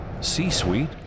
C-Suite